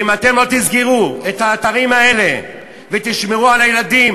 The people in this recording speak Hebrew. אם אתם לא תסגרו את האתרים האלה ותשמרו על הילדים,